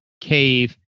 cave